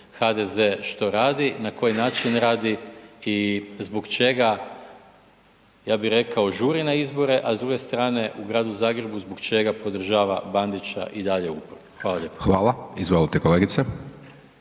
HDZ što radi, na koji način radi i zbog čega, ja bih rekao, žuri na izbore, a s druge strane, u gradu Zagrebu zbog čega podržava Bandića i dalje uporno. Hvala lijepo.